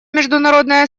международное